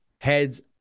heads